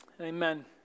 amen